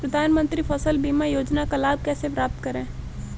प्रधानमंत्री फसल बीमा योजना का लाभ कैसे प्राप्त करें?